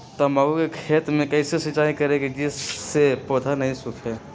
तम्बाकू के खेत मे कैसे सिंचाई करें जिस से पौधा नहीं सूखे?